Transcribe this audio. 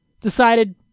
decided